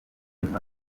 muri